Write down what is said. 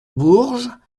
bourges